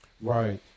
Right